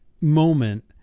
moment